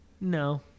No